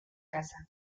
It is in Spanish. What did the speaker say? casa